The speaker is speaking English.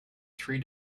three